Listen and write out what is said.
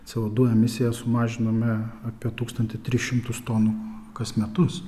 savo dujų emisijas mažiname apie tūkstantį tris šimtus tonų kas metus